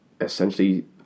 essentially